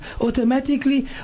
Automatically